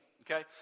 Okay